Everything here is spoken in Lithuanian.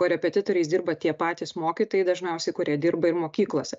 korepetitoriais dirba tie patys mokytojai dažniausiai kurie dirba ir mokyklose